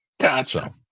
Gotcha